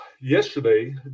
yesterday